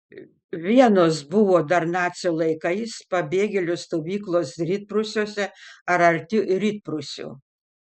vienos buvo dar nacių laikais pabėgėlių stovyklos rytprūsiuose ar arti rytprūsių